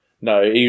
No